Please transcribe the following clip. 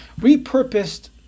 repurposed